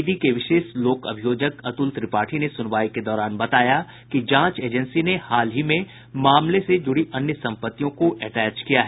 ED के विशेष लोक अभियोजक अतुल त्रिपाठी ने सुनवाई के दौरान बताया कि जांच एजेंसी ने हाल ही में मामले में जुड़ी अन्य संपत्तियों को अटैच किया है